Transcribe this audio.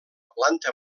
planta